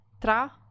tra